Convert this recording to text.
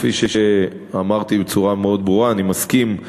כפי שאמרתי בצורה מאוד ברורה, אני מסכים עם